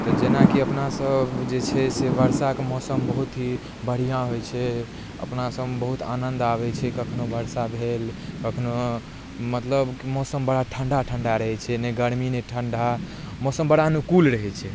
तऽ जेनाकी अपनासब जे छै से वर्षा कऽ मौसम बहुत ही बढ़िआँ होइत छै अपनासबमे बहुत आनन्द आबैत छै कखनो वर्षा भेल कखनो मतलब मौसम बड़ा ठण्डा ठण्डा रहैत छै नहि गर्मी नहि ठण्डा मौसम बड़ा अनुकूल रहैत छै